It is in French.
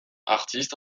artiste